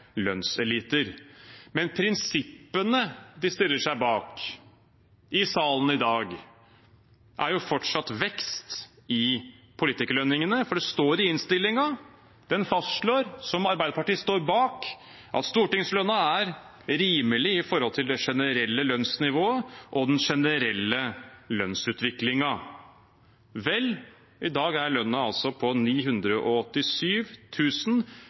lønnseliter». Men prinsippene de stiller seg bak i salen i dag, er jo fortsatt vekst i politikerlønningene, for det står i innstillingen. Den fastslår, som Arbeiderpartiet står bak, at stortingslønnen er rimelig «i forhold til det generelle lønsnivået og den generelle lønsutviklinga». Vel, i dag er lønnen altså på